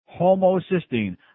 Homocysteine